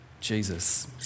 Jesus